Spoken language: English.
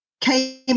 came